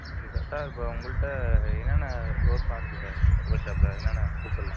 okay sir sir இப்போ உங்கள்கிட்ட என்னென்ன ரோஸ்யெலாம் இருக்குது சார் ஃப்ளவர் ஷாப்பில் என்னென்ன பூக்களெலாம்